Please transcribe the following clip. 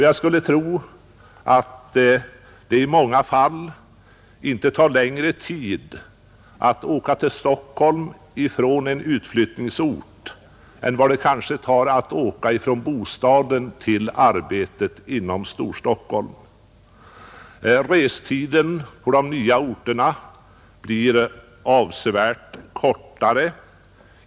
Jag skulle tro att det i många fall inte tar stort längre tid att komma till Stockholm från vissa utlokaliseringsorter än att åka från bostaden till arbetet inom Storstockholm, Restiden på de nya orterna blir avsevärt kortare.